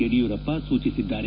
ಯಡಿಯೂರಪ್ಪ ಸೂಚಿಸಿದ್ದಾರೆ